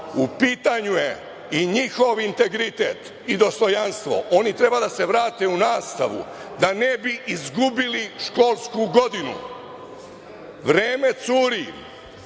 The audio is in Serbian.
U pitanju je i njihov integritet i dostojanstvo. Oni treba da se vrate u nastavu, da ne bi izgubili školsku godinu. Vreme curi.